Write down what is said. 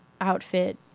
outfit